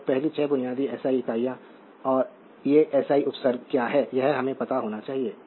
तो पहली 6 बुनियादी एसआई इकाइयाँ और ये एसआई उपसर्ग क्या हैं यह हमें पता होना चाहिए